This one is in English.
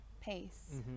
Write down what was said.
pace